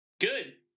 good